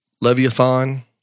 Leviathan